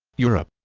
europe